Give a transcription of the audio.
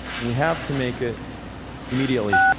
we have to make it immediately.